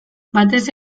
batez